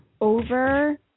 over